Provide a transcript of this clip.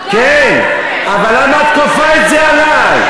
תודה, תודה, אבל למה את כופה את זה עלי?